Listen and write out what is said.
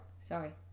sorry